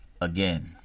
Again